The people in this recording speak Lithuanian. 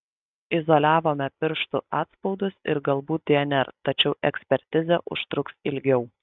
izoliavome pirštų atspaudus ir galbūt dnr tačiau ekspertizė užtruks ilgiau